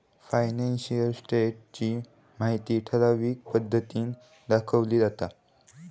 financial status ची माहिती ठराविक पद्धतीन दाखवली जाता